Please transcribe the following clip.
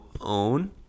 own